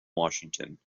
washington